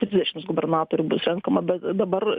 trisdešims gubernatorių bus renkama bet dabar